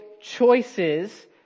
choices